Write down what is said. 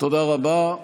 תודה רבה.